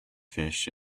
fish